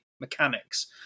mechanics